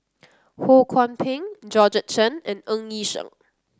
Ho Kwon Ping Georgette Chen and Ng Yi Sheng